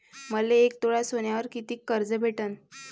मले एक तोळा सोन्यावर कितीक कर्ज भेटन?